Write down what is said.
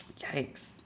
Yikes